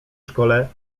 szkole